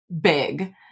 big